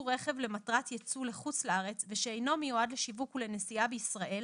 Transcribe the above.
רכב למטרת ייצוא לחוץ לארץ ושאינו מיועד לשיווק ולנסיעה בישראל,